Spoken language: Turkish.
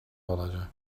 olacak